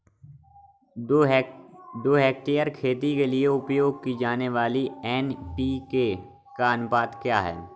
दो हेक्टेयर खेती के लिए उपयोग की जाने वाली एन.पी.के का अनुपात क्या है?